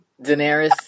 Daenerys